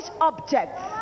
objects